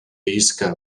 isca